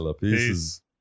Peace